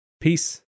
Peace